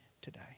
today